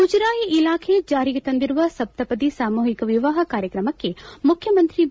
ಮುಜರಾಯಿ ಇಲಾಖೆ ಜಾರಿಗೆ ತಂದಿರುವ ಸಪ್ತಪದಿ ಸಾಮೂಹಿಕ ವಿವಾಹ ಕಾರ್ಯಕ್ರಮಕ್ಕೆ ಮುಖ್ಯಮಂತ್ರಿ ಬಿ